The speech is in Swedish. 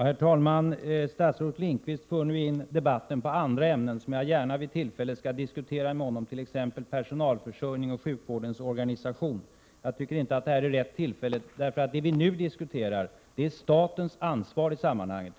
Herr talman! Statsrådet Lindqvist för nu in debatten på andra ämnen, som jag gärna vid tillfälle skall diskutera med honom, t.ex. personalförsörjning och sjukvårdens organisation. Jag tycker inte att det här är rätt tillfälle, för det vi nu diskuterar är statens ansvar i sammanhanget.